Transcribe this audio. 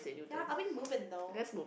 ya are we moving though